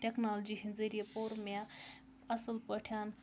technology ہِنٛدۍ ذٔریعہِ پوٚر مےٚ اَصٕل پٲٹھۍ